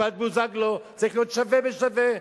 משפט בוזגלו צריך להיות שווה בשווה.